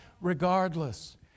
regardless